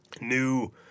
new